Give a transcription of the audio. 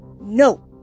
No